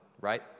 right